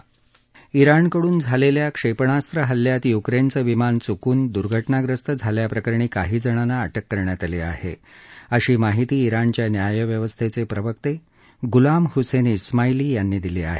जिणकडून झालेल्या क्षेपणास्त्र हल्ल्यात युक्रेनचं विमान चुकून दुर्घटनाग्रस्त झाल्याप्रकरणी काहीजणांना अटक करण्यात आली आहे अशी माहिती जिणच्या न्यायव्यवस्थेचे प्रवक्ते गुलाम हुसेन उमाईली यांनी दिली आहे